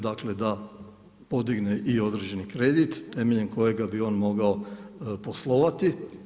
Dakle, da podigne i određeni kredit temeljem kojega bi on mogao poslovati.